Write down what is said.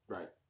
Right